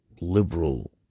liberal